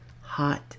hot